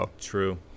True